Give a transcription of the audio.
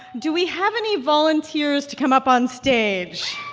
do we have any volunteers to come up on stage?